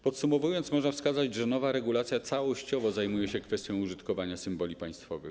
Podsumowując, można wskazać, że nowa regulacja całościowo zajmuje się kwestią użytkowania symboli państwowych.